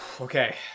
Okay